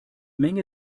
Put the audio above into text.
menge